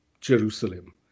jerusalem